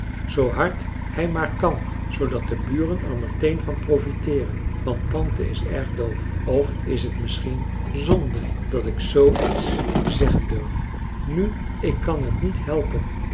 zoo hard hij maar kan zoodat de buren er meteen van profiteeren want tante is erg doof of is het misschien zonde dat ik zoo iets zeggen durf nu ik kan het niet helpen